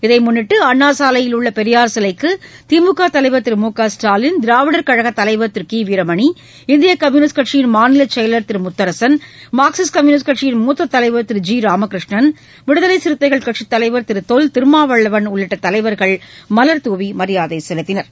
இதை முன்னிட்டு அண்ணா சாலையில் உள்ள பெரியார் சிலைக்கு திமுக தலைவர் திரு மு க ஸ்டாலின் திராவிடர் கழகத் தலைவர் திரு கி வீரமணி இந்திய கம்யூனிஸ்ட் கட்சியின் மாநில செயலர் திரு முத்தரசன் மார்க்சிஸ்ட் கம்யூனிஸ்ட் கட்சியின் மூத்த தலைவர் திரு ஜி ராமகிருஷ்ணன் விடுதலை சிறுத்தைகள் கட்சித் தலைவர் திரு தொல் திருமாவளாவன் உள்ளிட்ட தலைவர்கள் மலர் தூவி மரியாதை செலுத்தினர்